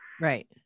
Right